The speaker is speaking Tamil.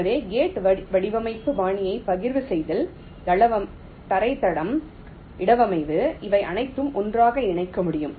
எனவே கேட் வரிசை வடிவமைப்பு பாணியைப் பகிர்வு செய்தல் தரைத்தளம் இடவமைவு இவை அனைத்தையும் ஒன்றாக இணைக்க முடியும்